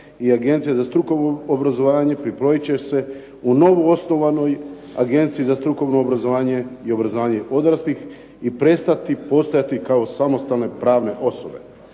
i Agencija za strukovno obrazovanje pripojit će se u novo osnovanoj Agenciji za strukovno obrazovanje i obrazovanje odraslih i prestajati postojati kao samostalne pravne osobe.